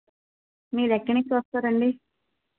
మీరు ఎక్కడ నుంచి వస్తారండి